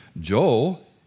Joel